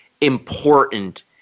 important